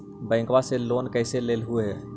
बैंकवा से लेन कैसे लेलहू हे?